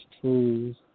tools